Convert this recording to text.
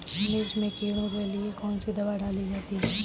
मिर्च में कीड़ों के लिए कौनसी दावा डाली जाती है?